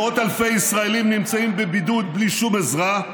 מאות אלפי ישראלים נמצאים בבידוד בלי שום עזרה,